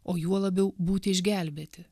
o juo labiau būti išgelbėti